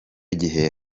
gihe